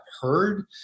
heard